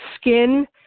skin